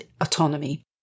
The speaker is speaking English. autonomy